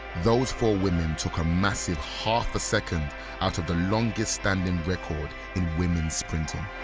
those four women took a massive half a second out of the longest-standing record in women's sprinting.